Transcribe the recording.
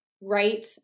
right